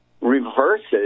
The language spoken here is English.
reverses